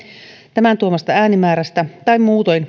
tämän tuomasta äänimäärästä tai muutoin